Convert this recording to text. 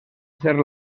ser